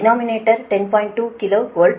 2 kilo volt